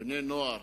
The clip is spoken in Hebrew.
בני-נוער